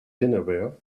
dinnerware